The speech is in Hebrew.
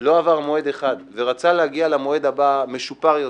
לא עבר מועד אחד ורצה להגיע למועד הבא משופר יותר,